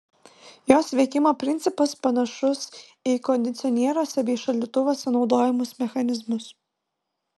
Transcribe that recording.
jos veikimo principas panašus į kondicionieriuose bei šaldytuvuose naudojamus mechanizmus